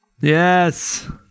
Yes